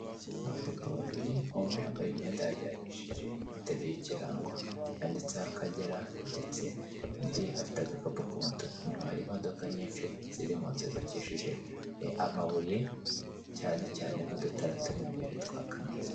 Abapapa babiri, umwe yambaye imyenda yajyanishije, ateruye ikirango cyanditseho Akagera ndetse undi afite agakapu k' umutuku, inyuma hari imodoka nyinshi ziri mu nzu yubakishije amabuye, cyane cyane n'udutara turimo imbere twaka neza.